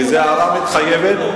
כי זאת הערה מצוינת.